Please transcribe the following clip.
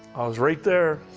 i was right there,